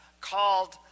called